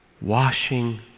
washing